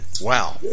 Wow